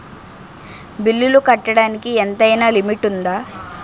బిల్లులు కట్టడానికి ఎంతైనా లిమిట్ఉందా?